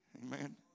Amen